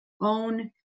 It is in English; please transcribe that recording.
own